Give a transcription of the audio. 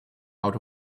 out